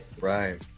right